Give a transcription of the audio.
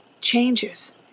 changes